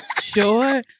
sure